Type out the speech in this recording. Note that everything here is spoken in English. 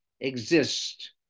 exist